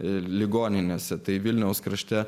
ligoninėse tai vilniaus krašte